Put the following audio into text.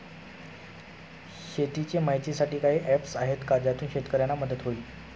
शेतीचे माहितीसाठी काही ऍप्स आहेत का ज्यातून शेतकऱ्यांना मदत होईल?